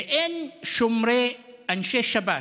ואין שומרים אנשי שב"ס.